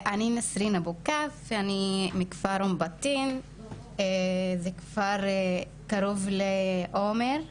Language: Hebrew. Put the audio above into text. אני מכפר אום בטין, זה כפר שהוא קרוב לעומר.